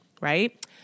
right